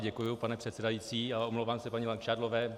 Děkuji, pane předsedající, a omlouvám se paní Langšádlové.